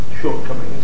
shortcomings